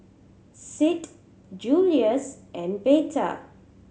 Sid Julious and Veta